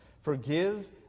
Forgive